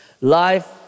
Life